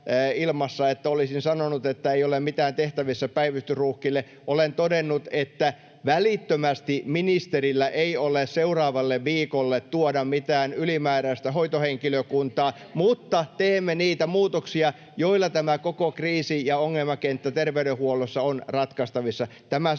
että olisin sanonut, että ei ole mitään tehtävissä päivystysruuhkille: olen todennut, että ministerillä ei ole välittömästi seuraavalle viikolle tuoda mitään ylimääräistä hoitohenkilökuntaa, [Leena Meri: Entäs sitä seuraavalle?] mutta teemme niitä muutoksia, joilla tämä koko kriisi ja ongelmakenttä terveydenhuollossa on ratkaistavissa. Tämä